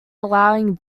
allowing